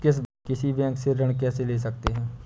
किसी बैंक से ऋण कैसे ले सकते हैं?